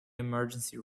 emergency